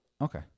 Okay